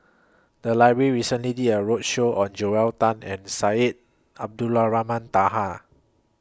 The Library recently did A roadshow on Joel Tan and Syed Abdulrahman Taha